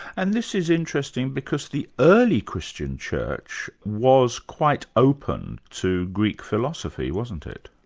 and this is interesting, because the early christian church was quite open to greek philosophy, wasn't it?